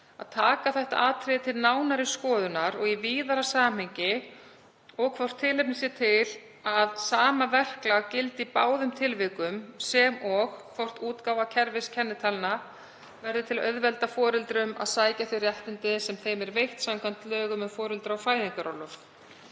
að taka þetta atriði til nánari skoðunar og í víðara samhengi og hvort tilefni sé til að sama verklag gildi í báðum tilvikum sem og hvort útgáfa kerfiskennitalna verði til að auðvelda foreldrum að sækja þau réttindi sem þeim eru veitt samkvæmt lögum um foreldra- og fæðingarorlof.“